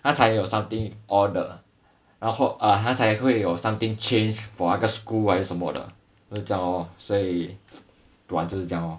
他才有 something on 的然后他才会有 something change for 那个 school 还是什么的就是这样 lor dulan 就是这样 lor